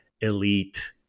elite